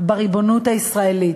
בריבונות הישראלית,